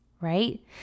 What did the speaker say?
right